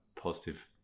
positive